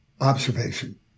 observation